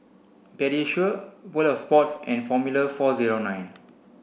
Pediasure World Of Sports and Formula four zero nine